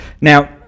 now